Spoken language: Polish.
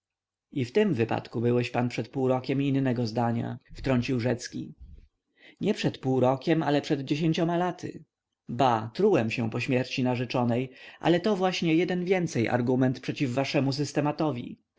i w tym wypadku byłeś pan przed półrokiem innego zdania wtrącił rzecki nie przed półrokiem ale przed dziesięcioma laty ba trułem się po śmierci narzeczonej ale to właśnie jeden więcej argument przeciw waszemu systematowi